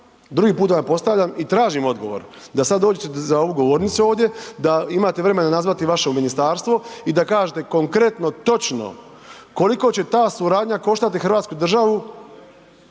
drugi put vam ga postavljam i tražim odgovor, da sad dođete za ovu govornicu ovdje, da imate vremena nazvati vaše u ministarstvo i da kažete konkretno, točno koliko će ta suradnja koštati Hrvatsku državu